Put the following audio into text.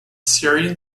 syrian